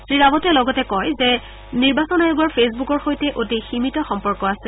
শ্ৰীৰাৱটে লগতে কয় যে নিৰ্বাচন আয়োগৰ ফেছবুকৰ সৈতে অতি সীমিত সম্পৰ্ক আছে